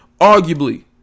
Arguably